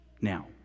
Now